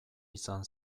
izan